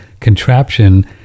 contraption